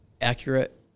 accurate